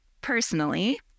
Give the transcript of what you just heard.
personally